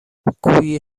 گویی